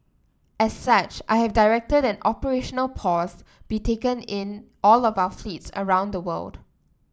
as such I have directed an operational pause be taken in all of our fleets around the world